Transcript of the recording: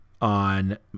on